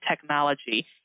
technology